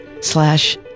slash